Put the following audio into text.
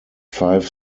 five